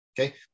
okay